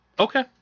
Okay